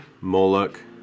moloch